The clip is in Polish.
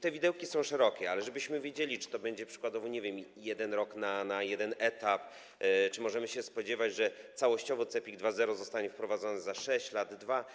Te widełki są szerokie, ale chodzi o to, żebyśmy wiedzieli, czy to będzie, przykładowo, nie wiem, 1 rok na jeden etap, czy możemy się spodziewać, że całościowo CEPiK 2.0 zostanie wprowadzony za 6 lat, 2 lata.